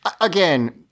Again